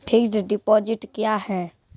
Fixed deposit क्या हैं?